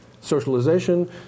Socialization